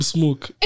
Smoke